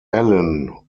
ellen